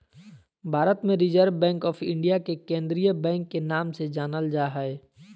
भारत मे reserve bank of India के केंद्रीय बैंक के नाम से जानल जा हय